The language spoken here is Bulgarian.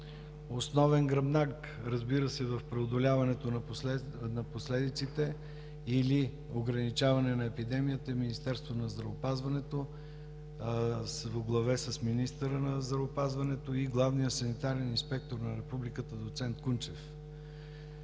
Основен гръбнак, разбира се, в преодоляването на последиците или ограничаване на епидемията е Министерството на здравеопазването, воглаве с министъра на здравеопазването и главният санитарен инспектор на републиката